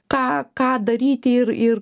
ką ką daryti ir ir